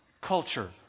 culture